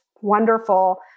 wonderful